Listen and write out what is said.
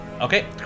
Okay